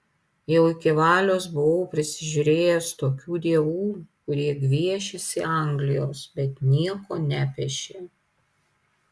jau iki valios buvau prisižiūrėjęs tokių dievų kurie gviešėsi anglijos bet nieko nepešė